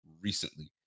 recently